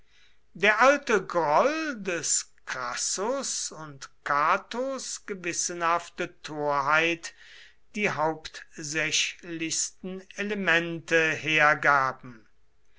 der alte groll des crassus und catos gewissenhafte torheit die hauptsächlichsten elemente hergaben